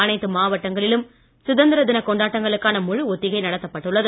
அனைத்து மாவட்டங்களிலும் சுதந்திர தின கொண்டாட்டங்களுக்கான முழு ஒத்திகை நடத்தப்பட்டுள்ளது